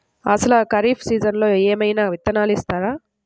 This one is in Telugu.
అసలు ఖరీఫ్ సీజన్లో ఏమయినా విత్తనాలు ఇస్తారా?